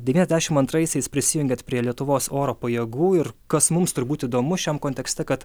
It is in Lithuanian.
devyniasdešim antraisiais prisijungėt prie lietuvos oro pajėgų ir kas mums turbūt įdomu šiam kontekste kad